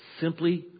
simply